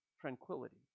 tranquility